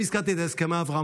אם הזכרתי את הסכמי אברהם,